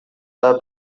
the